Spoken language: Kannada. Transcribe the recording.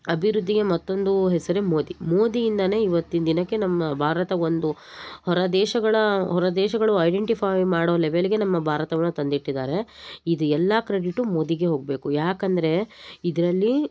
ಅಭಿವೃದ್ಧಿಗೆ ಮತ್ತೊಂದು ಹೆಸರೇ ಮೋದಿ ಮೋದಿಯಿಂದಲೇ ಇವತ್ತಿನ ದಿನಕ್ಕೆ ನಮ್ಮ ಭಾರತ ಒಂದು ಹೊರದೇಶಗಳ ಹೊರದೇಶಗಳು ಐಡೆಂಟಿಫೈ ಮಾಡೋ ಲೆವೆಲ್ಗೆ ನಮ್ಮ ಭಾರತವನ್ನು ತಂದಿಟ್ಟಿದ್ದಾರೆ ಇದು ಎಲ್ಲ ಕ್ರೆಡಿಟು ಮೋದಿಗೆ ಹೋಗಬೇಕು ಯಾಕೆಂದ್ರೆ ಇದರಲ್ಲಿ